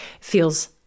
feels